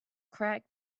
crack